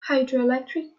hydroelectric